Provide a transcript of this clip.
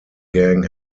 gang